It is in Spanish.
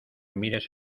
mires